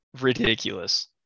ridiculous